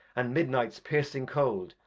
and midnights piercing cold,